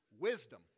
Wisdom